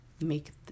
make